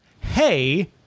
Hey